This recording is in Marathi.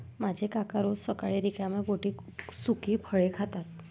माझे काका रोज सकाळी रिकाम्या पोटी सुकी फळे खातात